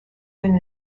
been